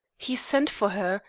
he sent for her,